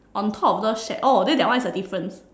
on top of love shack oh then that one is a difference